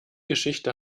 geschichte